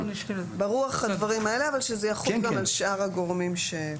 ברוח הדברים האלה אבל שזה יחול גם על שאר הגורמים שפועלים.